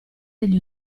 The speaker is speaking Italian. degli